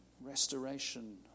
restoration